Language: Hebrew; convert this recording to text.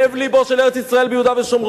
לב לבה של ארץ-ישראל זה יהודה ושומרון.